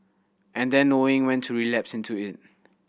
and then knowing when to relapse into it